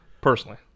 personally